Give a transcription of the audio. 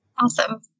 Awesome